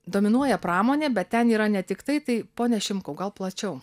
dominuoja pramonė bet ten yra ne tiktai tai pone šimkau gal plačiau